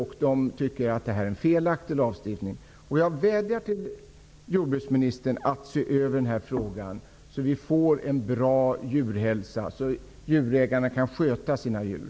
De tycker att lagstiftningen är felaktig. Jag vädjar till jordbruksministern att se över frågan så att vi får en bra djurhälsa och så att djurägarna kan sköta sina djur.